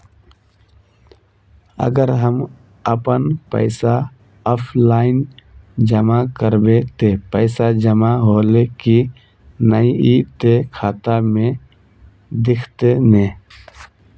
अगर हम अपन पैसा ऑफलाइन जमा करबे ते पैसा जमा होले की नय इ ते खाता में दिखते ने?